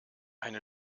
eine